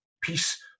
peace